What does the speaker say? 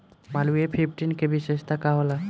Malviya fifteen के विशेषता का होला?